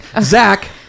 Zach